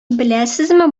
беләсезме